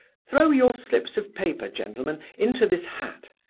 throw your slips of paper, gentlemen, into this hat,